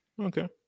Okay